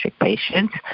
patients